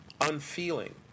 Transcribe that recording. unfeeling